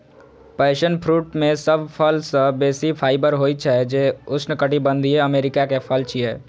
passion fruit मे सब फल सं बेसी फाइबर होइ छै, जे उष्णकटिबंधीय अमेरिका के फल छियै